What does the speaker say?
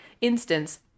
instance